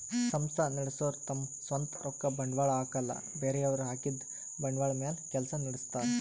ಸಂಸ್ಥಾ ನಡಸೋರು ತಮ್ ಸ್ವಂತ್ ರೊಕ್ಕ ಬಂಡ್ವಾಳ್ ಹಾಕಲ್ಲ ಬೇರೆಯವ್ರ್ ಹಾಕಿದ್ದ ಬಂಡ್ವಾಳ್ ಮ್ಯಾಲ್ ಕೆಲ್ಸ ನಡಸ್ತಾರ್